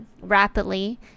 rapidly